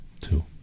Two